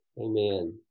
Amen